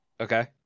Okay